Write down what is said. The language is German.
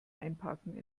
einparken